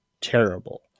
terrible